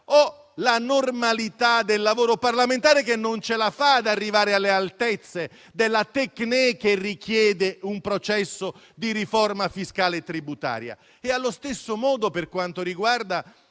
o la normalità del lavoro parlamentare che non ce la fa ad arrivare alle altezze della *téchnè* che richiede un processo di riforma fiscale e tributaria. Lo stesso dicasi per la legge